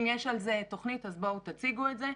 אם יש על זה תוכנית אז בואו תציגו את זה.